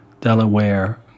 Delaware